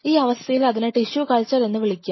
ഈ അവസ്ഥയിൽ അതിനെ ടിഷ്യു കൾച്ചർ എന്ന് വിളിക്കാം